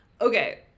Okay